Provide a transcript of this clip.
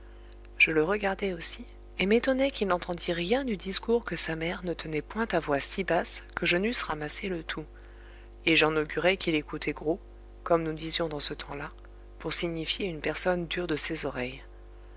je le regardai aussi et m'étonnai qu'il n'entendît rien du discours que sa mère ne tenait point à voix si basse que je n'eusse ramassé le tout et j'en augurai qu'il écoutait gros comme nous disions dans ce temps-là pour signifier une personne dure de ses oreilles